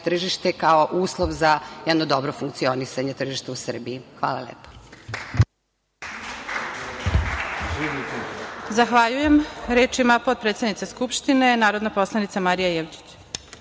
tržište kao uslov za jedno dobro funkcionisanje tržišta u Srbiji. Hvala lepo.